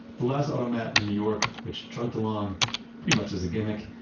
the last automat in new york, which chugged along pretty much as a gimmick,